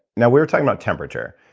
now we're talking about temperature,